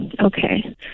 Okay